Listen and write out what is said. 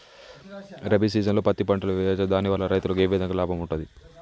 రబీ సీజన్లో పత్తి పంటలు వేయచ్చా దాని వల్ల రైతులకు ఏ విధంగా లాభం ఉంటది?